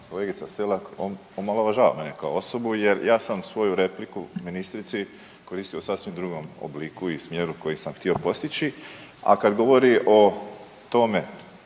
kolegica Selak omalovažava mene kao osobu jer sam svoju repliku ministrici koristio u sasvim drugom obliku i smjeru koji sam htio postići, a kad govori o tome